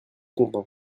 content